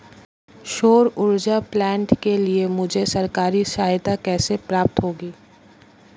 सौर ऊर्जा प्लांट के लिए मुझे सरकारी सहायता कैसे प्राप्त होगी?